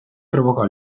provocò